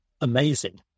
amazing